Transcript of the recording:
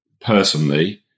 personally